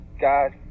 God